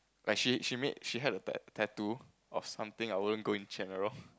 like she she made she had a tattoo of something I wouldn't go and check at all